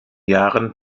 jahren